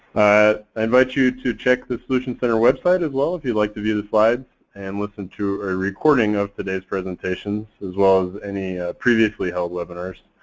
i invite you to check the solutions center website as well if you'd like to view the slides and listen to a recording of today's presentations, as well as any previously held webinars.